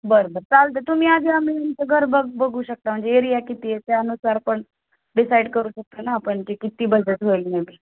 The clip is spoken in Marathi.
बरं बरं चालतं तुम्ही आज आधी आमचं घर बघ बघू शकता म्हणजे एरिया किती आहे त्यानुसारपण डिसाईड करू शकता ना आपण ते किती बजेट होईल नाही ते